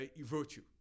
virtue